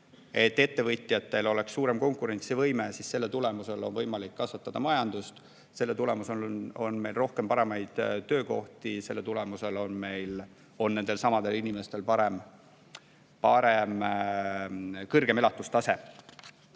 et ettevõtjatel oleks suurem konkurentsivõime, siis selle tulemusel on võimalik kasvatada majandust, selle tulemusel on meil rohkem paremaid töökohti, selle tulemusel on nendelsamadel inimestel parem elatustase. Seega,